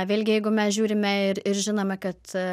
vėlgi jeigu mes žiūrime ir ir žinome kad